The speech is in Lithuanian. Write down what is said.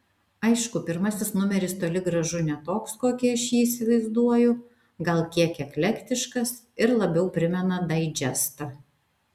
aišku pirmasis numeris toli gražu ne toks kokį aš jį įsivaizduoju gal kiek eklektiškas ir labiau primena daidžestą